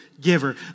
giver